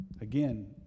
Again